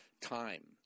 time